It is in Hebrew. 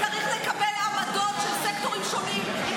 51% מאוכלוסיית המדינה נושאות עיניים אל הבית הזה,